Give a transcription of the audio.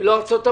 לא ארצות הברית.